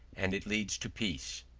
and it leads to peace.